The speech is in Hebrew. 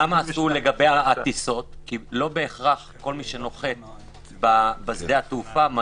למה עשו לגבי הטיסות לא בהכרח כל מי שנוחת בשדה התעופה,